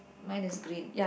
mine is green